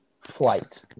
flight